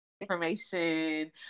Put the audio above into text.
information